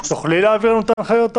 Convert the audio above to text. תוכלי להעביר לנו את ההנחיות?